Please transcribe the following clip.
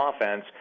offense